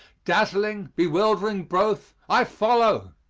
dazzling, bewildering both i follow!